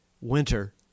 Winter